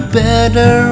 better